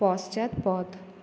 পশ্চাৎপদ